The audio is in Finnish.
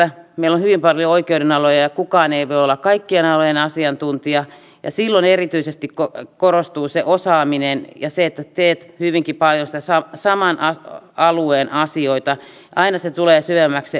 meillä on hyvin paljon oikeudenaloja ja kukaan ei voi olla kaikkien alojen asiantuntija ja silloin erityisesti korostuu se osaaminen ja se että teet hyvinkin paljon niitä saman alueen asioita aina se osaaminen tulee syvemmäksi